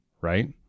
right